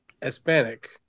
Hispanic